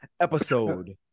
episode